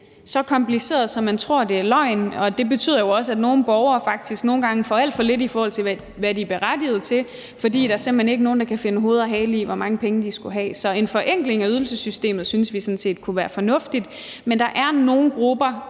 så kompliceret, at man tror, det er løgn. Og det betyder jo også, at nogle borgere faktisk nogle gange får alt for lidt, i forhold til hvad de er berettiget til, fordi der simpelt hen ikke er nogen, der kan finde hoved og hale i, hvor mange penge de skal have. Så en forenkling af ydelsessystemet synes vi sådan set kunne være fornuftigt. Men der er nogle grupper,